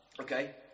Okay